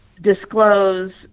disclose